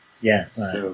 Yes